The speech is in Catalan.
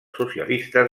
socialistes